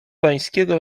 pańskiego